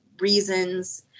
reasons